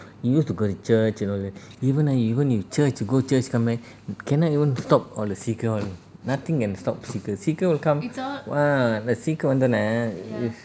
he used to go to church you know th~ even ah even if church go church come back cannot even stop all the சீக்கு:seeku all nothing can stop சீக்கு:seeku will come !wah! சீக்கு வந்தனோ:seeku vantheno if